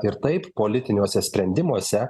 ir taip politiniuose sprendimuose